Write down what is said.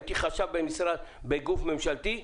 הייתי חשב בגוף ממשלתי,